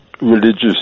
religious